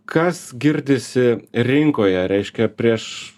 kas girdisi rinkoje reiškia prieš